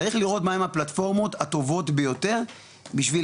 צריך לראות מה הם הפלטפורמות הטובות ביותר בשביל,